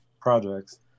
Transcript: projects